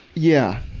yeah.